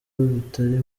bitari